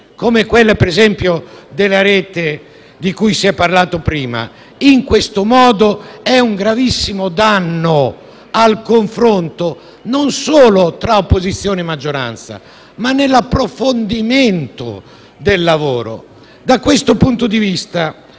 come ad esempio quella della rete, di cui si è parlato prima, in questo modo è un gravissimo danno non solo al confronto tra opposizione e maggioranza, ma anche all'approfondimento del lavoro. Da questo punto di vista,